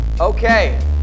Okay